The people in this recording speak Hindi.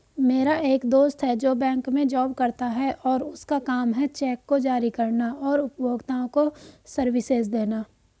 मेरा एक दोस्त है जो बैंक में जॉब करता है और उसका काम है चेक को जारी करना और उपभोक्ताओं को सर्विसेज देना